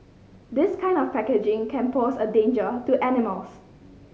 this kind of packaging can pose a danger to animals